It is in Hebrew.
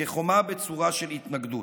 כחומה בצורה של התנגדות.